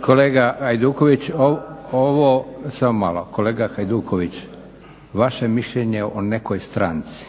Kolega Hajduković, vaše mišljenje o nekoj stranci